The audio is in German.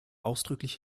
ausdrücklich